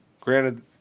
granted